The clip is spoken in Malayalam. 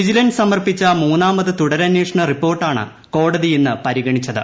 വിജിലൻസ് സമർപ്പിച്ച മൂന്നാമത് തുടരന്വേഷണ റിപ്പോർട്ടാണ് കോടതി ഇന്ന് പരിഗണിച്ചത്